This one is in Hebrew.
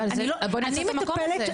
אני מטפלת --- אבל, בוא נעשה את המקום הזה.